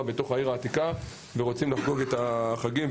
בתוך העיר העתיקה ורוצים לחגוג את החגים.